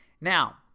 Now